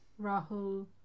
Rahul